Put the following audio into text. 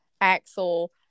axel